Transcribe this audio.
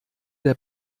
der